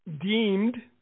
deemed